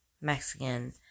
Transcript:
Mexican